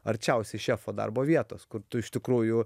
arčiausiai šefo darbo vietos kur tu iš tikrųjų